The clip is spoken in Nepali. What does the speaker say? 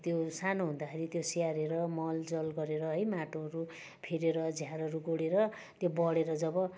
त्यो सानो हुँदाखेरि त्यो स्याहारेर मल जल गरेर है माटोहरू फेरेर झारहरू गोडेर त्यो बढेर जब अलिकति